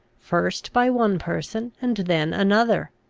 first by one person, and then another,